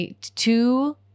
two